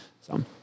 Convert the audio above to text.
So-